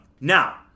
Now